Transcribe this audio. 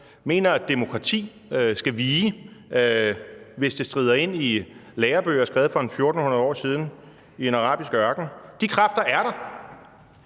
mener, at demokrati skal vige, hvis det strider imod lærebøger skrevet for 1.400 år siden i en arabisk ørken. De kræfter er der,